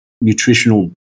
nutritional